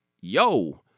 Yo